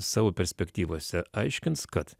savo perspektyvose aiškins kad